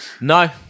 No